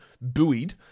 buoyed